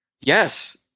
Yes